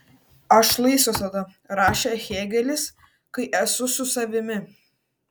aš laisvas tada rašė hėgelis kai esu su savimi